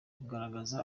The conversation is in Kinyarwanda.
kugaragaza